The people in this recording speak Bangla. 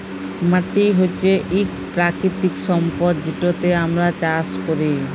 মাটি হছে ইক পাকিতিক সম্পদ যেটতে আমরা চাষ ক্যরি